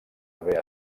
haver